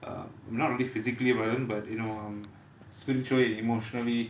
um not really physically violent but you know um spiritual and emotionally